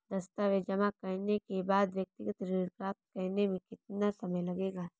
दस्तावेज़ जमा करने के बाद व्यक्तिगत ऋण प्राप्त करने में कितना समय लगेगा?